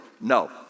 No